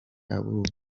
abura